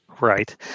Right